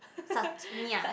me ah